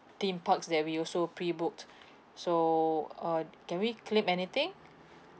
theme parks that we also prebooked so uh can we claim anything